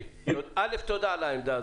תודה על העמדה.